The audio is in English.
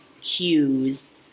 cues